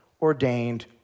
ordained